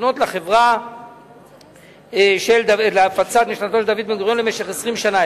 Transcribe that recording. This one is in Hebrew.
מוקנות לחברה להפצת משנתו של דוד בן-גוריון למשך 20 שנה.